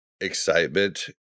excitement